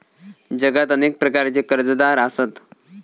जगात अनेक प्रकारचे कर्जदार आसत